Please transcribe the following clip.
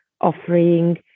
offering